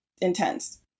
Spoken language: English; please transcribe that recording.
intense